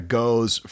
goes